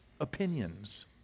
opinions